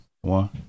one